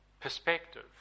perspective